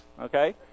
okay